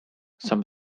some